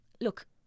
look